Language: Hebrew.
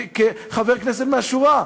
כחבר כנסת מהשורה,